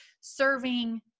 serving